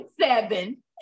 seven